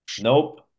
nope